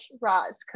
Roz